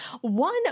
one